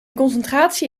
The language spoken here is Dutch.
concentratie